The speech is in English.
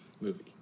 movie